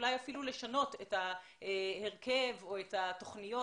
ואולי אפילו לשנות את ההרכב או את התוכניות,